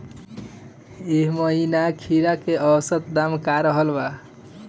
एह महीना खीरा के औसत दाम का रहल बा?